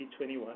2021